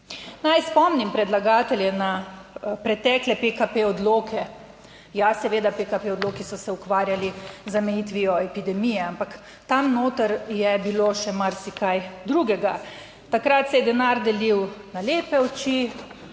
Naj spomnim predlagatelje na pretekle PKP odloke. Ja, seveda, pkp odloki so se ukvarjali z omejitvijo epidemije, ampak tam noter je bilo še marsikaj drugega. Takrat se je denar delil na lepe oči,